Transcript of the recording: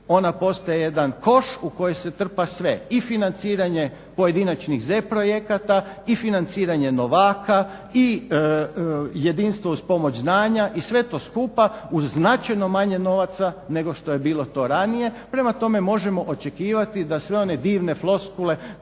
ona postaje jedan koš u koji se trpa sve i financiranje pojedinačnih Z projekata i financiranje novaka i jedinstvo uz pomoć znanja i sve to skupa uz značajno manje novaca nego što je to bilo ranije. Prema tome, možemo očekivati da sve one divne floskule